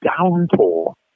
downpour